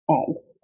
eggs